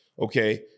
okay